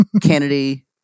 Kennedy